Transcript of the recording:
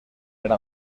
era